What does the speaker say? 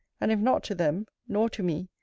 and if not to them, nor to me,